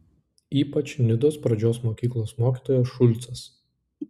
ypač nidos pradžios mokyklos mokytojas šulcas